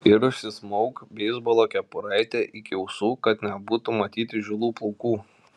ir užsismauk beisbolo kepuraitę iki ausų kad nebūtų matyti žilų plaukų